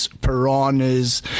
Piranhas